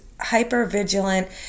hypervigilant